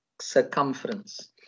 circumference